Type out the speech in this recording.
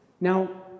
Now